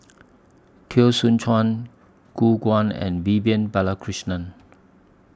Teo Soon Chuan Gu Guan and Vivian Balakrishnan